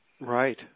Right